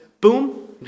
boom